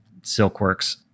Silkworks